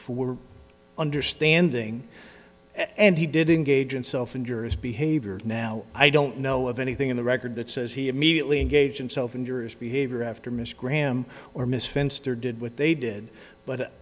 for understanding and he did engage in self injury his behavior now i don't know of anything in the record that says he immediately engaged in self interest behavior after miss graham or miss fenster did what they did but